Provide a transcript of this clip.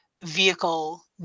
vehicle